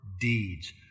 deeds